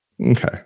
Okay